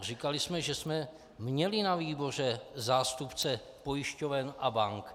Říkali jsme, že jsme měli na výboru zástupce pojišťoven a bank.